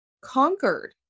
conquered